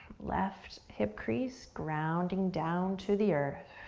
left hip crease grounding down to the earth.